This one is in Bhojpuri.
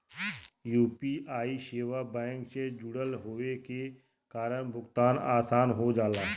यू.पी.आई सेवा बैंक से जुड़ल होये के कारण भुगतान आसान हो जाला